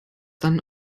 dann